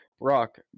Rock